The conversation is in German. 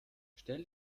stell